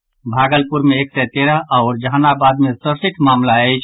संगहि भागलपुर मे एक सय तेरह आओर जहानाबाद मे सड़सठि मामिला अछि